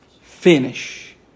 finish